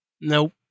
Nope